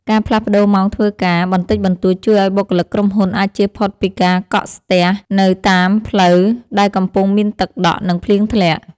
ការផ្លាស់ប្តូរម៉ោងធ្វើការបន្តិចបន្តួចជួយឱ្យបុគ្គលិកក្រុមហ៊ុនអាចជៀសផុតពីការកក់ស្ទះនៅតាមផ្លូវដែលកំពុងមានទឹកដក់ និងភ្លៀងធ្លាក់។